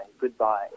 Goodbye